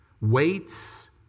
Weights